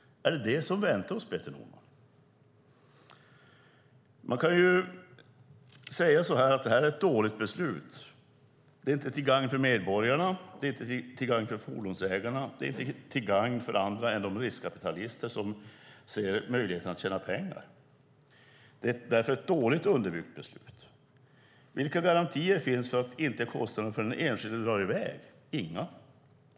Är det detta som väntar oss, Peter Norman? Man kan säga att detta är ett dåligt beslut. Det är inte till gagn för medborgarna, det är inte till gagn för fordonsägarna och det är inte till gagn för några andra än de riskkapitalister som ser möjligheten att tjäna pengar. Detta är därför ett dåligt underbyggt beslut. Vilka garantier finns för att kostnaderna för den enskilde inte drar i väg? Det finns inga.